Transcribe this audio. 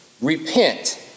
repent